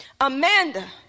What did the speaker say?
Amanda